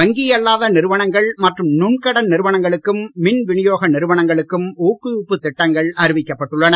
வங்கியல்லாத நிதி நிறுவனங்கள் மற்றும் நுண் கடன் நிறுவனங்களுக்கும் மின் வினியோக நிறுவனங்களுக்கும் ஊக்குவிப்பு திட்டங்கள் அறிவிக்கப்பட்டுள்ளன